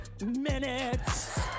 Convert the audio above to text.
minutes